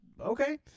okay